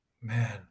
Man